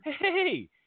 hey